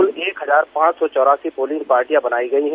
कृल एक हजार पाँच सौ चौरासी पोलिंग पार्टियां बनायी गयी है